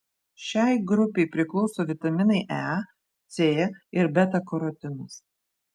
šiai grupei priklauso vitaminai e c ir beta karotinas